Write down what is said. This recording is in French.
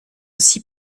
aussi